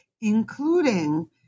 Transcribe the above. including